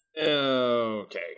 Okay